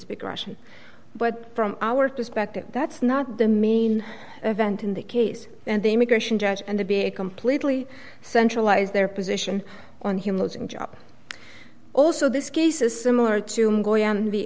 speak russian but from our perspective that's not the main event in the case and they may judge and to be a completely centralised their position on him losing job also this case is similar to the